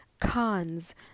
cons